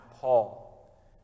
Paul